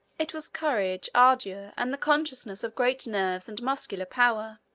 it was courage, ardor, and the consciousness of great nervous and muscular power.